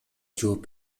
жооп